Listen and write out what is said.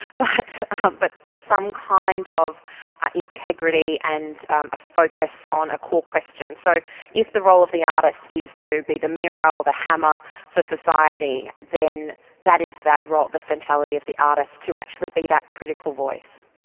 but um but some kind of integrity and a focus on a core question. so if the role of the artist is to be the mirror or the hammer for society, then that is that role the centrality of the artist to actually be that critical voice.